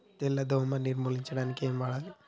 తెల్ల దోమ నిర్ములించడానికి ఏం వాడాలి?